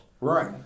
Right